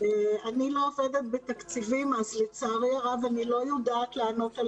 אני לא עובדת בתקציבים אז לצערי הרב אני לא יודעת לענות על